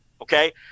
Okay